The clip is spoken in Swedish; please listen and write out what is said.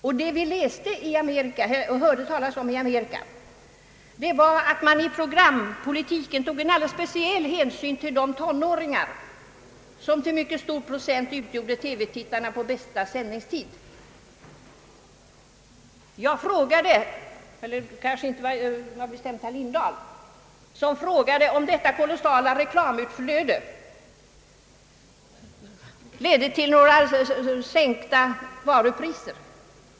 Enligt vad som upplystes under besöket i Amerika tar man där i programpolitiken en alldeles speciell hänsyn till tonåringarna som värdefulla framtida köpare och som utgör en mycket stor del av TV-tittarna på bästa sändningstid. Jag tror att det var herr Lindahl som frågade om det kolossala reklamutflödet ledde till sänkta varupriser.